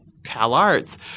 CalArts